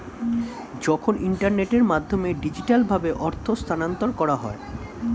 যখন ইন্টারনেটের মাধ্যমে ডিজিটালভাবে অর্থ স্থানান্তর করা হয়